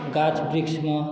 गाछ वृक्षमे